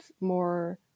more